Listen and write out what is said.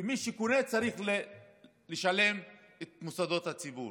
שמי שקונה צריך לשלם את מוסדות הציבור.